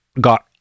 got